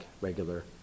regular